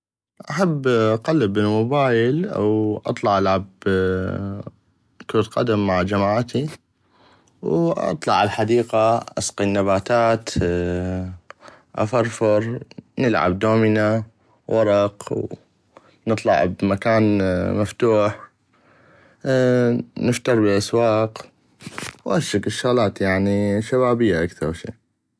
احب اقلب بل الموبايل او اطلع العب كرة قدم مع جماعتي ،اطلع على الحديقة اسقي النباتات افرفر، نلعب دومينه ورق نطلع بمكان مفتوح نفتر بل الاسواق وهشكل شغلات شبابية اكثر شي.